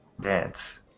dance